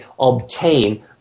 obtain